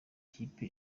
kipe